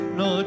no